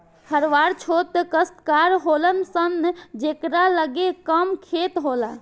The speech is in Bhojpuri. हरवाह छोट कास्तकार होलन सन जेकरा लगे कम खेत होला